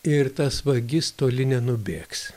ir tas vagis toli nenubėgs